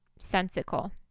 sensical